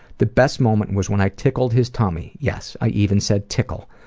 the best moment was when i tickled his tummy. yes, i even said tickle.